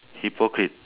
hypocrite